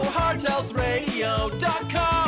hearthealthradio.com